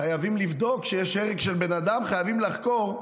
חייבים לבדוק, כשיש הרג של בן אדם חייבים לחקור,